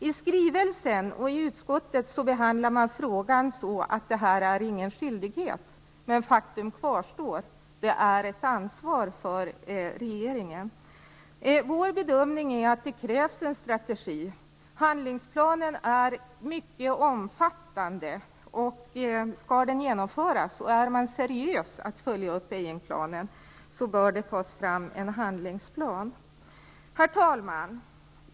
I skrivelsen och i utskottet behandlar man frågan så, att det inte är någon skyldighet. Men faktum kvarstår:. Det är ett ansvar för regeringen. Vår bedömning är att det krävs en strategi. Handlingsplanen är mycket omfattande. Skall den genomföras, och är man seriös när det gäller att följa upp Beijingplanen, bör det tas fram en handlingsplan. Herr talman!